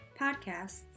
podcasts